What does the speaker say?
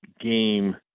game